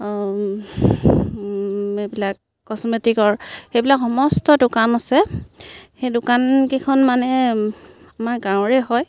এইবিলাক কচ্মটিকৰ সেইবিলাক সমস্ত দোকান আছে সেই দোকানকেইখন মানে আমাৰ গাঁৱৰে হয়